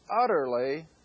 utterly